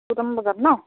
দুটামান বজাত ন